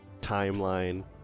timeline